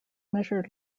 measured